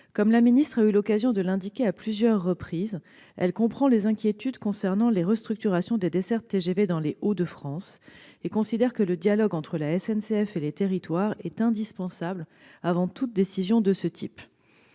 Comme la ministre a eu l'occasion de l'indiquer à plusieurs reprises, elle comprend les inquiétudes concernant les restructurations des dessertes TGV dans les Hauts-de-France et considère que le dialogue entre la SNCF et les territoires est indispensable avant toute décision de ce type.